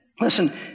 Listen